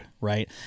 right